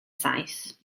saith